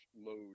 load